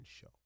show